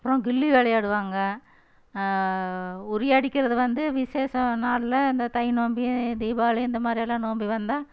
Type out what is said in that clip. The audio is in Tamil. அப்பறம் கில்லி விளையாடுவாங்க உரி அடிக்கிறது வந்து விஷேசம் நாள்ல இந்த தை நோம்பு தீபாவளி இந்த மாதிரி எல்லா நோம்பு வந்தால்